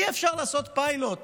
אי-אפשר לעשות פיילוט